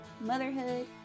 motherhood